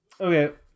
Okay